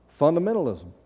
fundamentalism